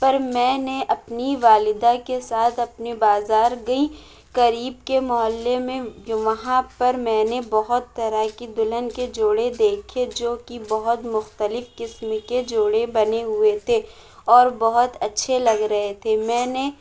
پر میں نے اپنی والدہ کے ساتھ اپنے بازار گئی قریب کے محلے میں جو وہاں پر میں نے بہت طرح کی دلہن کے جوڑے دیکھے جوکہ بہت مختلف قسم کے جوڑے بنے ہوئے تھے اور بہت اچھے لگ رہے تھے میں نے